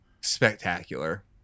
spectacular